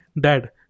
dad